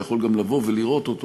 ואתה יכול גם לבוא ולראות אותו,